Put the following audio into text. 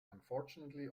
unfortunately